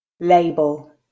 label